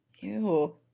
Ew